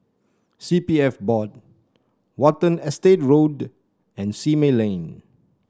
C P F Board Watten Estate Road and Simei Lane